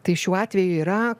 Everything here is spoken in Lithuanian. tai šiuo atveju yra